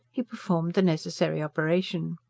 he performed the necessary operation.